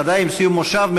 ודאי עם סיום מושב,